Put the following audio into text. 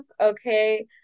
okay